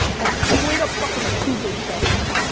like straight-up fucking cougar selfies.